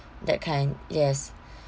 that kind yes